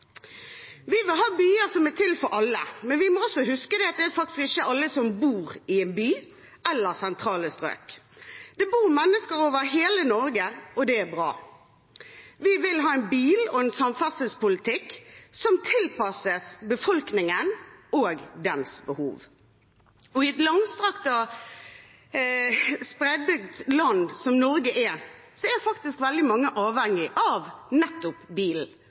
Vi vil ha byer som er til for alle, men vi må også huske at det faktisk ikke er alle som bor i en by eller i sentrale strøk. Det bor mennesker over hele Norge, og det er bra. Vi vil ha en bil- og samferdselspolitikk som tilpasses befolkningen og dens behov. I et langstrakt og spredtbygd land, som Norge er, er faktisk veldig mange avhengig av nettopp bilen.